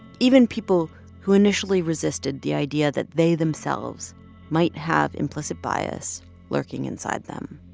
even people who initially resisted the idea that they themselves might have implicit bias lurking inside them